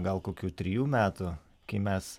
gal kokių trijų metų kai mes